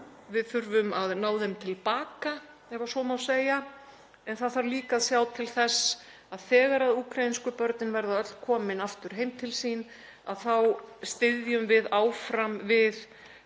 við þurfum að ná þeim til baka, ef svo má segja. En það þarf líka að sjá til þess að þegar úkraínsku börnin verða öll komin aftur heim til sín þá styðjum við áfram við